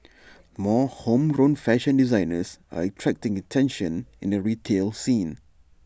more homegrown fashion designers are attracting attention in the retail scene